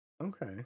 Okay